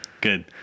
Good